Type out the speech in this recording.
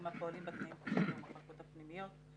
הפועלים בתנאים קשים במחלקות הפנימיות.